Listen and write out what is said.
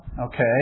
okay